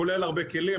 כולל הרבה כלים,